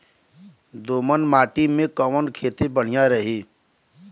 दोमट माटी में कवन खेती बढ़िया रही?